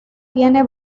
tiene